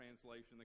translation